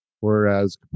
Whereas